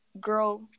girl